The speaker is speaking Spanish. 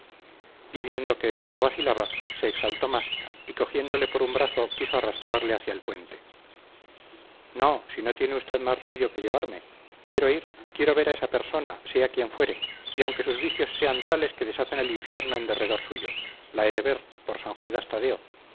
viendo que el otro vacilaba se exaltó más y cogiéndole por un brazo quiso arrastrarle hacia el puente no si no tiene usted más remedio que llevarme quiero ir quiero ver a esa persona sea quien fuere y aunque sus vicios sean tales que desaten el infierno en derredor suyo la he de ver por san judas tadeo